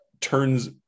turns